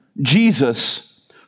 Jesus